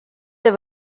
they